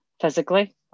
physically